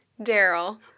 Daryl